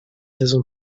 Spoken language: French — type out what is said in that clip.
saison